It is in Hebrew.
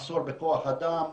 מחסור בכוח אדם.